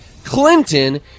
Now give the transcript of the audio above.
Clinton